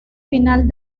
final